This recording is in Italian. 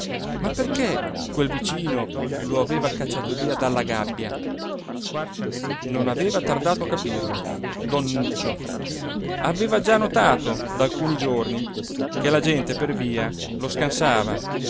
ma perché quel vicino lo aveva cacciato via dalla gabbia non aveva tardato a capirlo don nuccio aveva già notato da alcuni giorni che la gente per via lo scansava